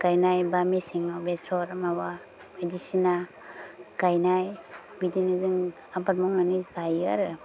गायनाय एबा मेसेङाव बेसर माबा बायदिसिना गायनाय बिदिनो जों आबाद मावनानै जायो आरो